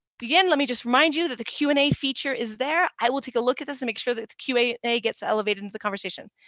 begin, let me just remind you that the q and a feature is there. i will take a look at this and make sure that q and a gets elevated into the conversation.